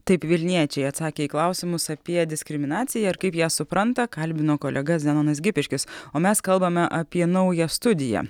taip vilniečiai atsakė į klausimus apie diskriminaciją ir kaip ją supranta kalbino kolega zenonas gipiškis o mes kalbame apie naują studiją